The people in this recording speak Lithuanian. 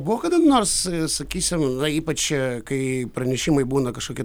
buvo kada nors sakysim ypač kai pranešimai būna kažkokie